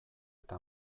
eta